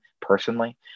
personally